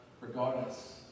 Regardless